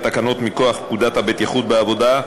תקנות מכוח פקודת הבטיחות בעבודה,